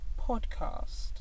podcast